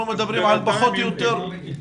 מדברים על פחות או יותר --- מדובר בגידול.